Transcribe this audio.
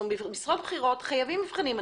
במשרות בכירות חייבים מבחנים.